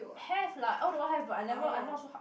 have lah all the while have but I never I not so